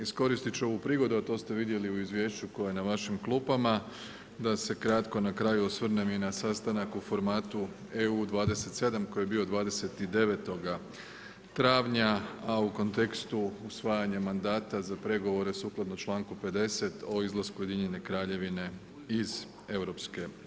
Iskoristiti ću ovu prigodu a to ste vidjeli u izvješću koje je na vašim klupama da se kratko na kraju osvrnem i na sastanak u formatu EU 27 koji je bio 29. travnja a u kontekstu usvajanja mandata za pregovore sukladno članku 50. o izlasku Ujedinjene Kraljevine iz EU.